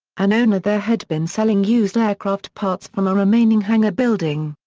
an owner there had been selling used aircraft parts from a remaining hangar building.